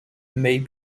may